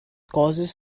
causes